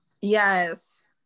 Yes